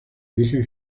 origen